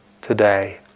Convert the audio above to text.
today